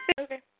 Okay